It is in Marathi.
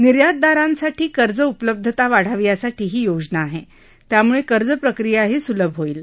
निर्यातदारंसाठी कर्ज उपलब्धता वाढावी यासाठी ही योजना आहे त्यामुळे कर्जप्रक्रियाही सुलभ होईल